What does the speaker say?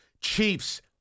Chiefs